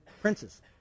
princes